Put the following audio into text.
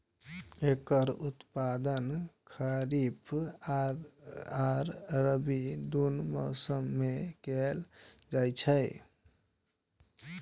एकर उत्पादन खरीफ आ रबी, दुनू मौसम मे कैल जाइ छै